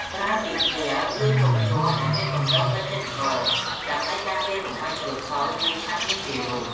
ប្រើពាងកែវ ឬធុងជ័រដែលមានគម្របបិទជិតល្អ ដើម្បីការពារកុំឱ្យជ្រក់ខូច ឬឆាប់មានមេរោគ។